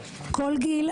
כל גיל,